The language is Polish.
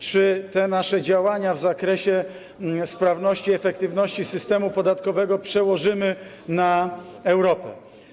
Czy te nasze działania w zakresie sprawności i efektywności systemu podatkowego przełożymy na Europę?